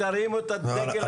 ותרימו את הדגל השחור.